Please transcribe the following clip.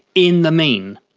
in the mean.